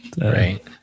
right